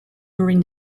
during